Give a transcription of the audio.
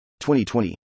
2020